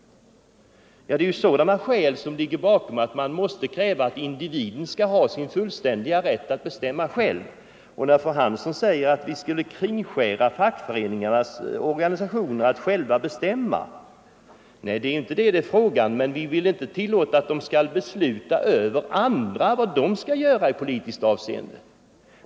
Man måsta kräva att individen skall ha sin fullständiga rätt att bestämma själv. Fru Hansson säger att vi skulle vilja kringskära fackföreningarnas rätt att bestämma. Nej, det är inte fråga om det, men vi vill inte tillåta dem att besluta vad andra skall göra i politiskt avseende.